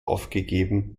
aufgegeben